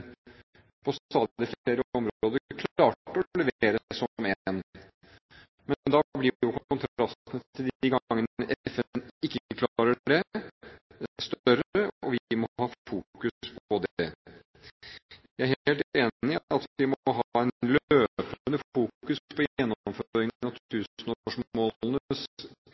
klarte å levere som en. Men da blir jo kontrasten de gangene FN ikke klarer det, større, og vi må ha fokus på det. Jeg er helt enig i at vi må ha løpende fokus på gjennomføringen av